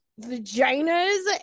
vaginas